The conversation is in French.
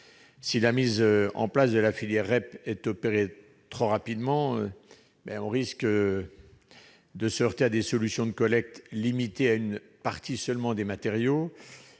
si la mise en place d'une filière REP est trop rapide, on risque de se heurter à des solutions de collecte limitées à une partie des matériaux